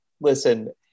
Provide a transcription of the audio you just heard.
listen